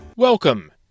Welcome